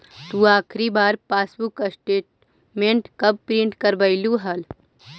तु आखिरी बार पासबुक स्टेटमेंट कब प्रिन्ट करवैलु हल